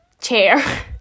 chair